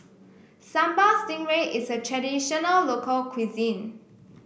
Sambal Stingray is a traditional local cuisine